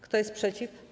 Kto jest przeciw?